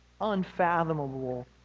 unfathomable